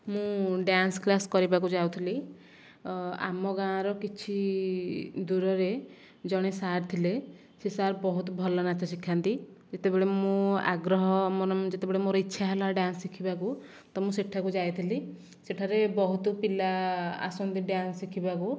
ମୁଁ dance class କରିବାକୁ ଯାଉଥିଲି ଆମ ଗାଁର କିଛି ଦୂରରେ ଜଣେ ସାର୍ ଥିଲେ ସେ ସାର୍ ବହୁତ ଭଲ ନାଚ ଶିଖାନ୍ତି ଯେତେବେଳେ ମୁଁ ଆଗ୍ରହ ମୋର ଯେତେବେଳେ ମୋର ଇଚ୍ଛା ହେଲା ଡ୍ୟାନ୍ସ ଶିଖିବାକୁ ତ ମୁଁ ସେଠାକୁ ଯାଇଥିଲି ସେଠାରେ ବହୁତ ପିଲା ଆସନ୍ତି ଡ୍ୟାନ୍ସ ଶିଖିବାକୁ